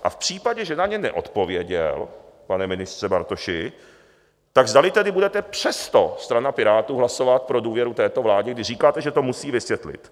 A v případě, že na ně neodpověděl, pane ministře Bartoši, tak zdali tedy budete přesto, strana Pirátů, hlasovat pro důvěru této vládě, když říkáte, že to musí vysvětlit.